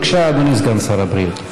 בבקשה, אדוני סגן שר הבריאות.